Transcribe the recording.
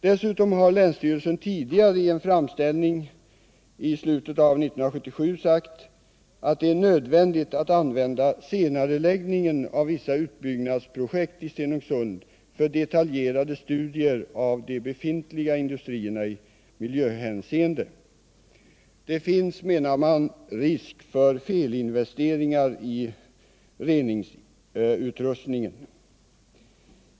Dessutom har länsstyrelsen tidigare i en framställning i slutet av 1977 sagt att det är nödvändigt att använda senareläggningen av vissa utbyggnadsprojekt i Stenungsund för detaljerade studier av de befintliga industrierna i miljöhänseende. Det finns, menar man, risk för felinvesteringar i reningsutrustningen.